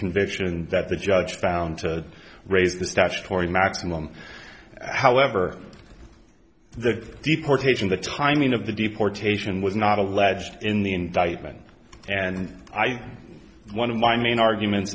conviction that the judge found to raise the statutory maximum however the deportation the timing of the deportation was not alleged in the indictment and i think one of my main argument